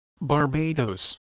Barbados